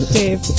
dave